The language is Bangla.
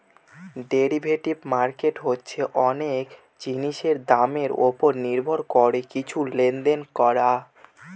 ডেরিভেটিভ মার্কেট হচ্ছে অনেক জিনিসের দামের ওপর নির্ভর করে কিছু লেনদেন করা